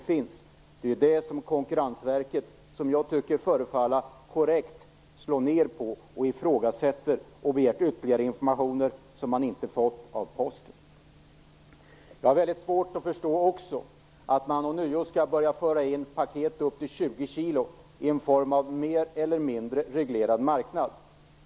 Det förefaller mig korrekt att Konkurrensverket slagit ned på just detta, ifrågasatt och begärt ytterligare information, som man dock inte har fått av Posten. Jag har också väldigt svårt att förstå att man ånyo skall föra in paket på upp till 20 kg i en form av mer eller mindre reglerad marknad.